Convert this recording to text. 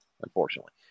unfortunately